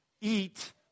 eat